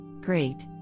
Great